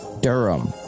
Durham